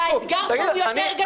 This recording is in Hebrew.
האתגר פה עוד יותר גדול.